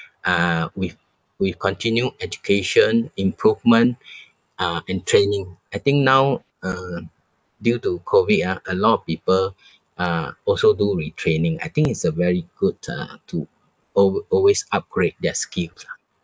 uh with with continued education improvement uh and training I think now uh due to COVID ah a lot of people uh also do retraining I think it's uh very good uh to al~ always upgrade their skills lah